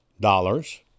dollars